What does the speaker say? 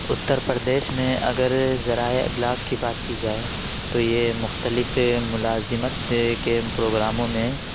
اتر پردیش میں اگر ذرائع ابلاغ کی بات کی جائے تو یہ مختلف ملازمت کے پروگراموں میں